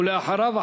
ואחריו,